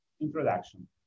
introduction